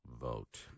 vote